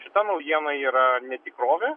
šita naujiena yra ne tikrovė